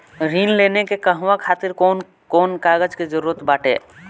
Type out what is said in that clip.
ऋण लेने के कहवा खातिर कौन कोन कागज के जररूत बाटे?